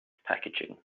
packaging